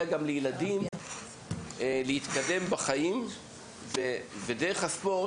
גם לילדים להתקדם בחיים ודרך הספורט,